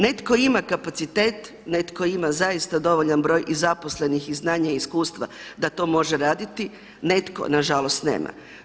Netko ima kapacitet, netko ima zaista broj i zaposlenih, i znanja i iskustva da to može raditi, netko nažalost nema.